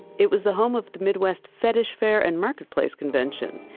it was the home of the midwest fetish fair and marketplace convention.